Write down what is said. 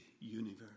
universe